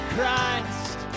Christ